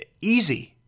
easy